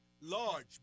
Large